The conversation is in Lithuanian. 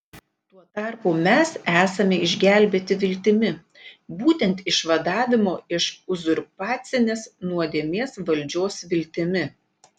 tuo tarpu mes esame išgelbėti viltimi būtent išvadavimo iš uzurpacinės nuodėmės valdžios viltimi